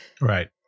Right